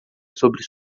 sobre